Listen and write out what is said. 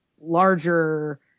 larger